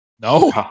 no